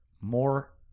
more